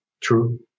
True